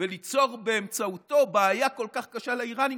וליצור באמצעותו בעיה כל כך קשה לאיראנים,